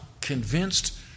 convinced